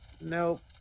Nope